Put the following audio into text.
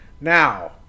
Now